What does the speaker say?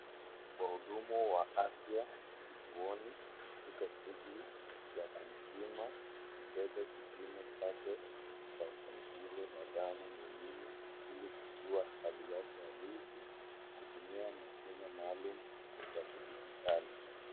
Wahudumu wa afya kituoni katika shughuli ya kumpima mteja kipimo chake cha shinikizo la damu mwilini ili kujua hali yake halisi kutumia mashine maalum ya kidijitali.